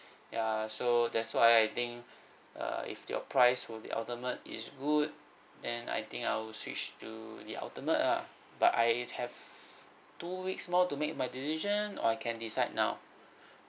ya so that's why I think uh if your price for the ultimate is good then I think I'll switch to the ultimate ah but I have two weeks more to make my decision or I can decide now